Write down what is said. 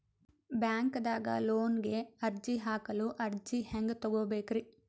ಬ್ಯಾಂಕ್ದಾಗ ಲೋನ್ ಗೆ ಅರ್ಜಿ ಹಾಕಲು ಅರ್ಜಿ ಹೆಂಗ್ ತಗೊಬೇಕ್ರಿ?